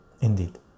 indeed